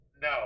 No